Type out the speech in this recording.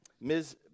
Ms